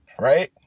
Right